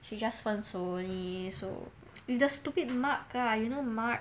she just 分手 only so with the stupid mark ah you know mark